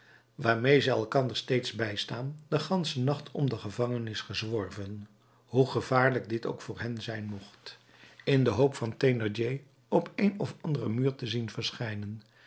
waarmede zij elkander steeds bijstaan den ganschen nacht om de gevangenis gezworven hoe gevaarlijk dit ook voor hen zijn mocht in de hoop van thénardier op een of anderen muur te zien verschijnen